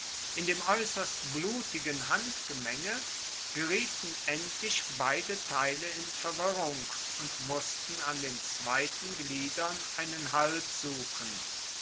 in dem aeusserst blutigen handgemenge gerieten endlich beide teile in verwirrung und mussten an den zweiten gliedern einen halt suchen